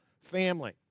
family